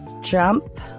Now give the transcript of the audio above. jump